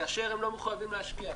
כאשר הם לא מחויבים להשקיע,